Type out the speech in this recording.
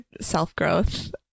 self-growth